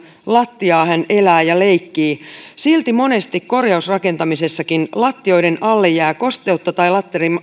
lattiaa hän elää ja leikkii silti monesti korjausrakentamisessakin lattioiden alle jää kosteutta tai